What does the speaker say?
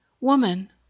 Woman